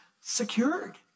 secured